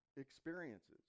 experiences